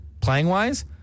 playing-wise